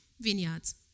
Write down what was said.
vineyards